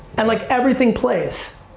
and like everything plays.